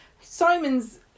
Simon's